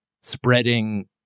spreading